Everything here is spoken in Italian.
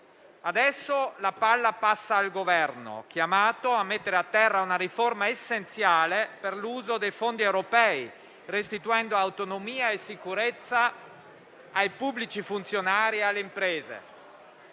Adesso la palla passa al Governo, chiamato a mettere a terra una riforma essenziale per l'uso dei fondi europei, restituendo autonomia e sicurezza ai pubblici funzionari e alle imprese.